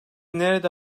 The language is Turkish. nerede